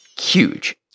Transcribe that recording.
huge